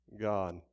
God